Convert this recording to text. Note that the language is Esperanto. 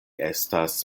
estas